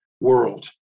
world